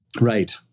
Right